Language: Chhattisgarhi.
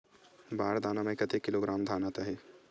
बार दाना में कतेक किलोग्राम धान आता हे?